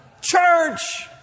Church